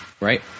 Right